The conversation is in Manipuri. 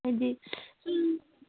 ꯍꯥꯏꯕꯗꯤ ꯁꯨꯝ